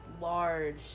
Large